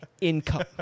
income